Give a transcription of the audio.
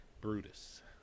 Brutus